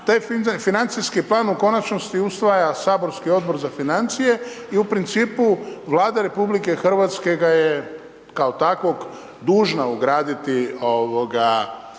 financijski plan u konačnici usvaja Saborski odbor za financije i u principu Vlada RH ga je kao takvog dužna ugraditi u državni